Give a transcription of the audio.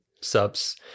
subs